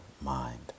mind